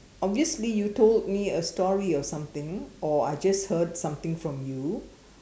obviously you told me a story or something or I just heard something from you